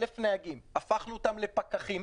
הפכנו אותם לפקחים,